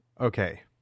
Okay